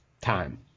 time